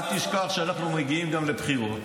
אל תשכח שאנחנו מגיעים לבחירות